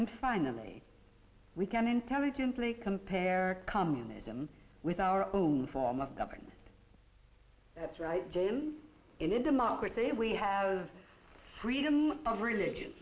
and finally we can intelligently compare communism with our own form of government that's right jane in a democracy we have freedom of religion